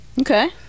Okay